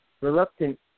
reluctant